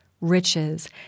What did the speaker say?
riches